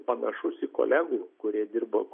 panašus į kolegų kurie dirba